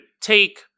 take